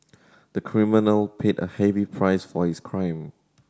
the criminal paid a heavy price for his crime